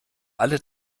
alle